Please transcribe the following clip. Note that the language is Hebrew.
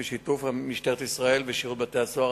בשיתוף עם משטרת ישראל ושירות בתי-הסוהר,